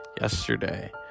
yesterday